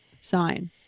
sign